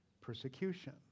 Persecution